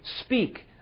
speak